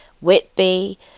Whitby